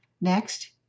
Next